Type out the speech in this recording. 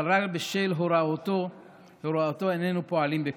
אבל רק בשביל הוראתו איננו פועלים כך.